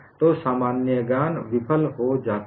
तो सामान्य ज्ञान विफल हो जाता है